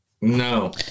No